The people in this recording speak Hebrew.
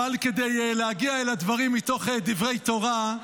אבל כדי להגיע אל הדברים מתוך דברי תורה,